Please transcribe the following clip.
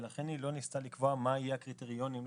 ולכן לא ניסתה לקבוע מה יהיו הקריטריונים לעתיד.